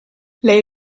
lei